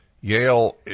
Yale